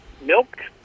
Milk